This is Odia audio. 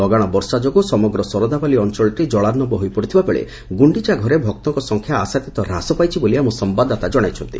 ଲଗାଣ ବର୍ଷା ଯୋଗୁଁ ସମଗ୍ର ସରଧାବାଲି ଅଞ୍ଞଳଟି ଜଳାର୍ଷ୍ଡବ ହୋଇପଡ଼ିଥିବା ବେଳେ ଗୁଖିଚା ଘରେ ଭକ୍ତଙ୍କ ସଂଖ୍ୟା ଆସାତିତ ହ୍ରାସ ପାଇଛି ବୋଲି ଆମ ସମ୍ୟାଦଦାତା ଜଣାଇଛନ୍ତି